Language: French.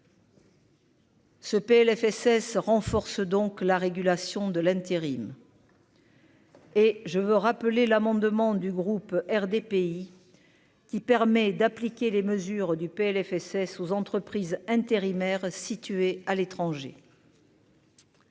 Ce PLFSS renforce donc la régulation de l'intérim. Et je veux rappeler l'amendement du groupe RDPI, qui permet d'appliquer les mesures du PLFSS aux entreprises intérimaires situé à l'étranger.